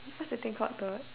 what's that thing called the